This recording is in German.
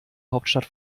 hauptstadt